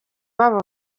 babo